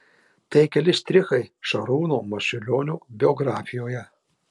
tai keli štrichai šarūno marčiulionio biografijoje